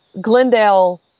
Glendale